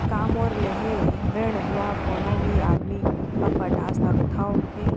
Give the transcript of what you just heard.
का मोर लेहे ऋण ला कोनो भी आदमी ह पटा सकथव हे?